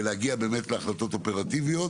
להגיע באמת להחלטות אופרטיביות